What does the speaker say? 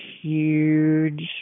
huge